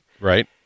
Right